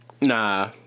Nah